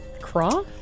Craw